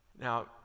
Now